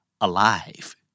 Alive